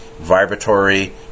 vibratory